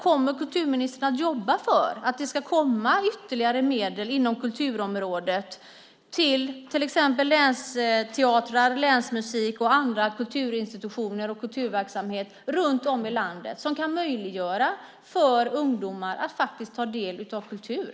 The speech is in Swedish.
Kommer kulturministern att jobba för att det ska komma ytterligare medel inom kulturområdet till exempel till länsteatrar, länsmusik och andra kulturinstitutioner och kulturverksamhet runt om i landet som möjliggör för ungdomar att ta del av kultur?